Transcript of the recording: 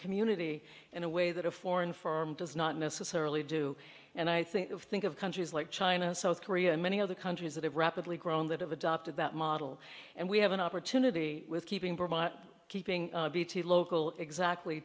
community in a way that a foreign firm does not necessarily do and i think think of countries like china south korea and many other countries that have rapidly grown that have adopted that model and we have an opportunity with keeping keeping local exactly